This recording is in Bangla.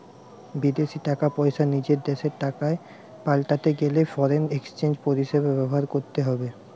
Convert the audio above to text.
বিদেশী টাকা পয়সা নিজের দেশের টাকায় পাল্টাতে গেলে ফরেন এক্সচেঞ্জ পরিষেবা ব্যবহার করতে হবে